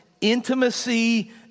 intimacy